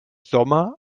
sommer